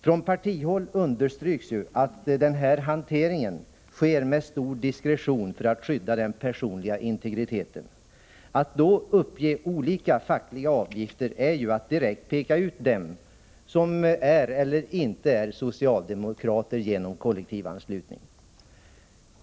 Från partihåll understryks ju att den här hanteringen sker med stor diskretion för att man skall kunna skydda den personliga integriteten. Att då uppge olika fackliga avgifter är ju att direkt peka ut den som är eller inte är socialdemokrat genom kollektivanslutning.